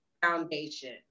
Foundation